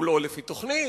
הוא לא לפי תוכנית,